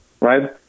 right